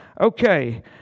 Okay